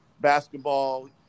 basketball